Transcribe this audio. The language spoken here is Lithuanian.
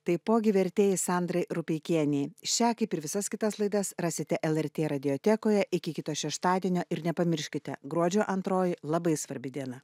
taipogi vertėjai sandrai rupeikienei šią kaip ir visas kitas laidas rasite lrt radiotekoje iki kito šeštadienio ir nepamirškite gruodžio antroji labai svarbi diena